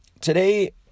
today